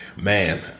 man